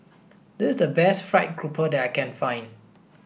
this is the best fried grouper that I can find